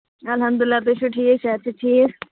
الحمدُ اللہ تُہۍ چھِو ٹھیٖک صحت چھےٚ ٹھیٖک